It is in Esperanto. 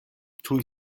tuj